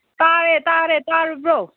ꯇꯥꯔꯦ ꯇꯥꯔꯦ ꯇꯥꯔꯕ꯭ꯔꯣ